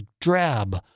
drab